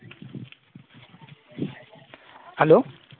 hello